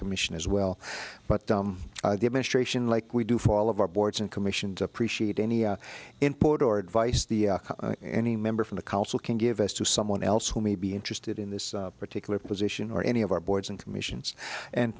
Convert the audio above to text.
commission as well but dumb the administration like we do for all of our boards and commissions appreciate any input or advice the any member from the council can give us to someone else who may be interested in this particular position or any of our boards and commissions and